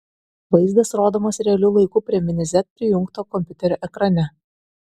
vaizdas rodomas realiu laiku prie mini z prijungto kompiuterio ekrane